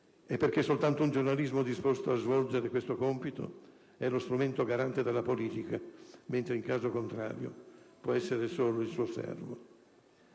e perché soltanto un giornalismo disposto a svolgere questo compito è lo strumento garante della politica, mentre in caso contrario può essere solo il suo servo.